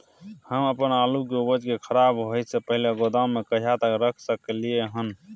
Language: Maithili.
हम अपन आलू के उपज के खराब होय से पहिले गोदाम में कहिया तक रख सकलियै हन?